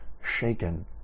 shaken